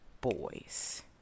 boys